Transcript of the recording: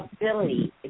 ability